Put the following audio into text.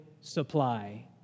supply